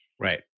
Right